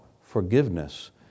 forgiveness